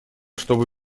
чтобы